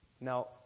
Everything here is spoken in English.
Now